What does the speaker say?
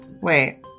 Wait